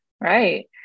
Right